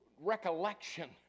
recollection